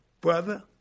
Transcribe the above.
brother